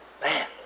Man